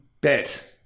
bet